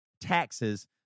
Taxes